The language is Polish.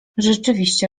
rzeczywiście